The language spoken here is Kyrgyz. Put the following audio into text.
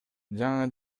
жаңы